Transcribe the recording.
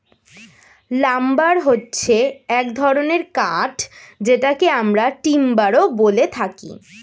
lumber হচ্ছে এক ধরনের কাঠ যেটাকে আমরা টিম্বারও বলে থাকি